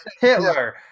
hitler